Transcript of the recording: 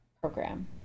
program